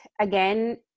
again